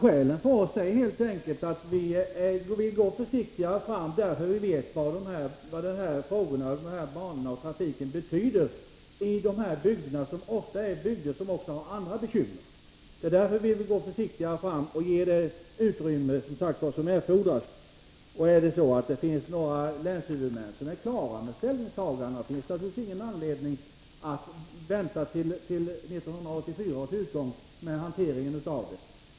Herr talman! Skälen för att vi vill gå försiktigare fram är helt enkelt att vi vet vad de här banorna och den här trafiken betyder i de här bygderna, som ofta också har andra bekymmer — det är därför vi vill gå försiktigare fram och lämna det tidsutrymme som erfordras. Är det så att det finns länshuvudmän som är klara med ställningstagandena finns det naturligtvis ingen anledning att vänta med hanteringen av ärendet till 1984 års utgång.